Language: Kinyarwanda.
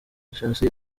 jenoside